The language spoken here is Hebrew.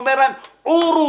שאומר להם: עורו,